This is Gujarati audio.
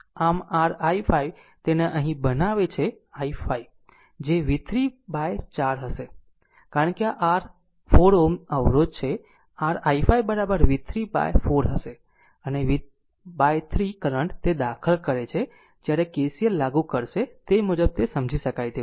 આમ r i5 તેને અહીં બનાવે છે i5જે v3 by 4 હશે કારણ કે આ r 4 Ω અવરોધ છેr i5 v3 by 4 હશે અને આ v 3 કરંટ તે દાખલ કરે છે જ્યારે KCL લાગુ કરશે તે મુજબ તે સમજી શકે છે